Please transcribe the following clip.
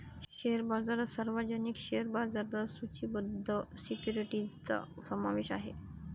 share बाजारात सार्वजनिक share बाजारात सूचीबद्ध सिक्युरिटीजचा समावेश आहे